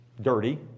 dirty